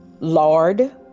lard